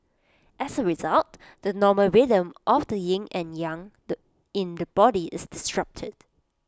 as A result the normal rhythm of the yin and yang in the body is disrupted